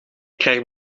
krijg